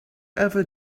ever